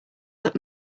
that